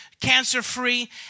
cancer-free